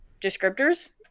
descriptors